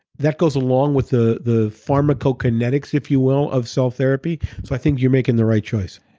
that goes along with the the pharmacokinetics if you will of cell therapy, so i think you're making the right choice.